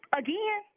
again